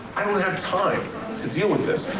i don't have time to deal with this.